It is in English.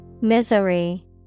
Misery